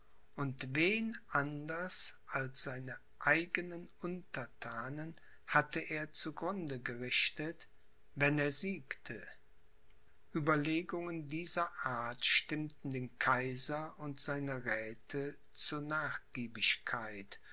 und wen anders als seine eigenen unterthanen hatte er zu grunde gerichtet wenn er siegte ueberlegungen dieser art stimmten den kaiser und seine räthe zur nachgiebigkeit